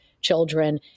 children